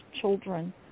children